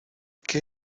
qué